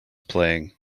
playing